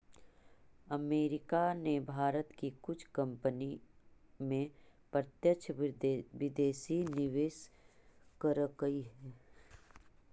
America ने भारत की कुछ कंपनी में प्रत्यक्ष विदेशी निवेश करकई हे